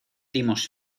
dimos